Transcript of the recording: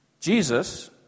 Jesus